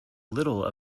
little